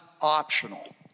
optional